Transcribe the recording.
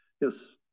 Yes